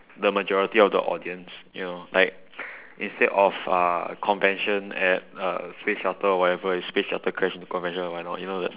the majority of the audience you know like instead of uh convention at uh space shuttle or whatever it's space shuttle crash and convention or whatnot you know that